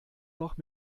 noch